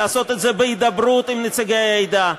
לעשות את זה בהידברות עם נציגי העדה.